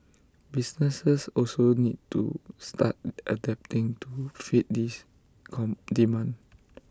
businesses also need to start adapting to fit this come demand